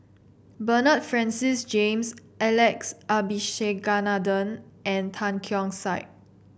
Bernard Francis James Alex Abisheganaden and Tan Keong Saik